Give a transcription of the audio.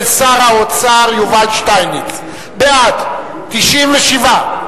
של שר האוצר יובל שטייניץ: בעד, 97,